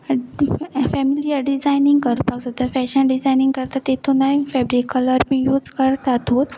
family designing करपाक सोदा fashion designing करता तेतूनय फेब्रीक कलर बी यूज करतातूत